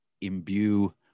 imbue